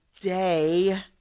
day